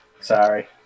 sorry